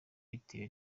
bitewe